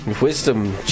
Wisdom